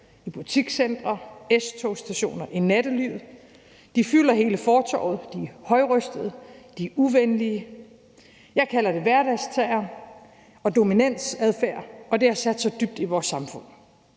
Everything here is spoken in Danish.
i butikscentre, på S-togsstationer og i nattelivet. De fylder hele fortovet. De er højrøstede. De er uvenlige. Jeg kalder det hverdagsterror og dominansadfærd, og det har sat sig dybt i vores samfund.